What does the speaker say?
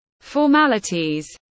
formalities